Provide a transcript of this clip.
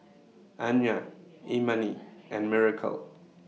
Anya Imani and Miracle